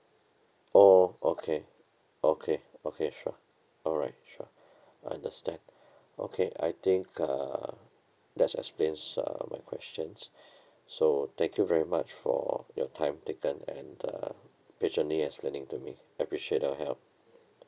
oh okay okay okay sure alright sure understand okay I think uh that's explains uh my questions so thank you very much for your time taken and uh patiently explaining to me appreciate your help